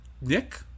Nick